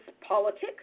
politics